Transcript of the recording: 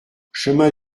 chemin